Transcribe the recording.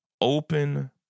open